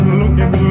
looking